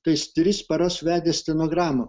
tai jis tris paras vedė stenogramą